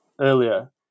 earlier